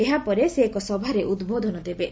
ଏହାପରେ ସେ ଏକ ସଭାରେ ଉଦ୍ବୋଧନ ଦେବେ